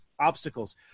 Obstacles